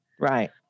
right